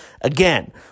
Again